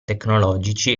tecnologici